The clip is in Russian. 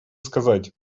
сказать